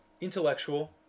intellectual